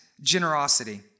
generosity